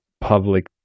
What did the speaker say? public